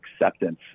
acceptance